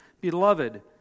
Beloved